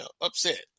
upset